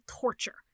torture